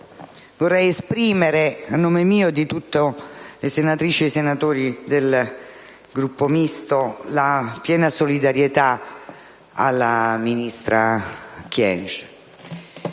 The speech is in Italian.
vorrei esprimere, a nome mio e di tutte le senatrici e i senatori del Gruppo Misto, la piena solidarietà alla ministra Kyenge.